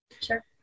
Sure